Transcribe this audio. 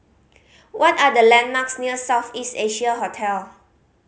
what are the landmarks near South East Asia Hotel